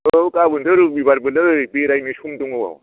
औ गाबोनथ' रुबिबारबोलै बेरायनो सम दङ